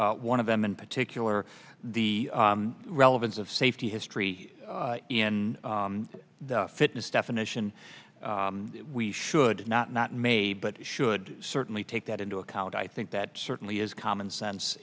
one of them in particular the relevance of safety history in the fitness definition we should not not may but should certainly take that into account i think that certainly is common sense